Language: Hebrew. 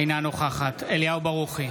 אינה נוכחת אליהו ברוכי,